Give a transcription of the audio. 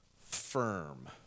firm